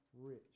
rich